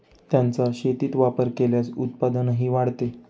त्यांचा शेतीत वापर केल्यास उत्पादनही वाढते